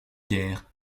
guerres